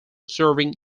serving